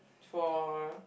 for